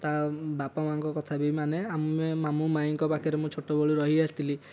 ବାପା ମାଆଙ୍କ କଥା ବି ମାନେ ଆମେ ମୁଁ ମାମୁଁ ମାଇଁଙ୍କ ପାଖରେ ମୁଁ ଛୋଟବେଳୁ ରହିଆସିଥିଲି